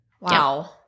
Wow